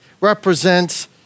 represents